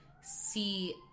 see